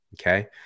Okay